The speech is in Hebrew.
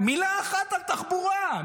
מילה אחת על תחבורה,